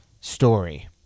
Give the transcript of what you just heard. story